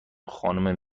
خانم